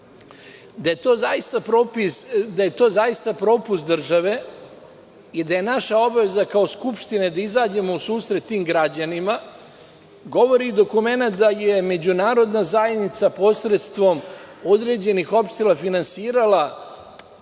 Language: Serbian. je to zaista propust države i da je naša obaveza kao Skupštine da izađemo u susret tim građanima, govori i dokumenat da je međunarodna zajednica posredstvom određenih opština finansirala